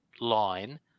line